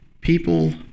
people